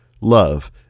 Love